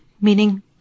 meaning